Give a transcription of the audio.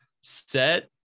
set